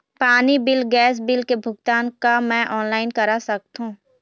पानी bill gas bill के भुगतान का मैं ऑनलाइन करा सकथों?